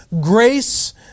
grace